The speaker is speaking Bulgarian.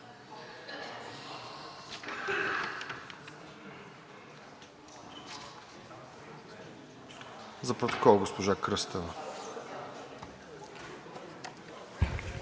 За протокола – госпожа Кръстева.